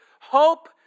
hope